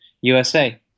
USA